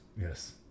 Yes